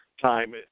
time